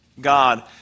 God